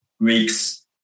Greeks